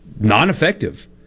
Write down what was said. non-effective